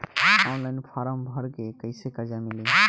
Online form भर के कैसे कर्जा मिली?